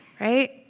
right